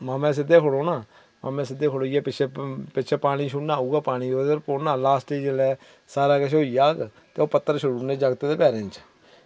मामै सिद्धे खड़ोना मामै सिद्धे खड़ोइयै पिच्छे पिच्छे पानी छुड़ना उयै पानी ओह्दे पर पुना लास्ट च जेल्लै सारा किश होई जाह्ग ते ओह् पत्तर छोड़ी ओड़ने जगते दे पैरें च